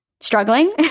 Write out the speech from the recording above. struggling